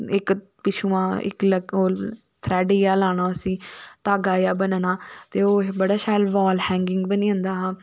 इक पिच्छुआं इक थ्रेड जेहा लाना उसी घागा जेहा बनना ते ओह् बडा शैल बाल हैगिंग बनी जंदा हा